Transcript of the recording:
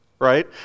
right